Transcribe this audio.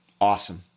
awesome